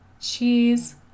cheese